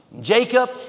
jacob